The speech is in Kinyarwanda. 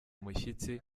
umushyitsi